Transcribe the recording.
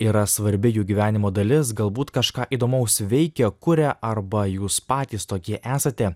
yra svarbi jų gyvenimo dalis galbūt kažką įdomaus veikia kuria arba jūs patys tokie esate